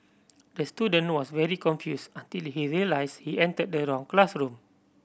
the student was very confused until he realised he entered the wrong classroom